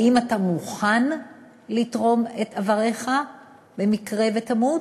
האם אתה מוכן לתרום את איבריך במקרה שתמות?